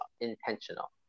intentional